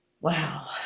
wow